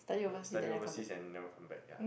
uh study overseas and never come back ya